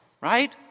right